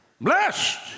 Blessed